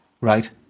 Right